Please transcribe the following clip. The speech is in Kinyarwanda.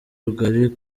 rugari